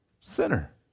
sinner